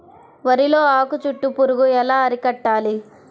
వరిలో ఆకు చుట్టూ పురుగు ఎలా అరికట్టాలి?